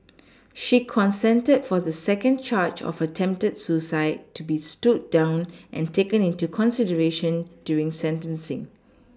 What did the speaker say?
she consented for the second charge of attempted suicide to be stood down and taken into consideration during sentencing